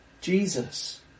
Jesus